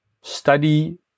Study